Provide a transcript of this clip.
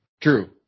True